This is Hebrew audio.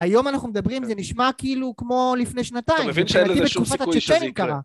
היום אנחנו מדברים זה נשמע כאילו כמו לפני שנתיים אתה מבין שאין לזה שום סיכוי שזה יקרה